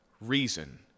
reason